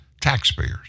taxpayers